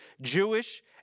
Jewish